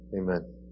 Amen